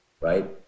right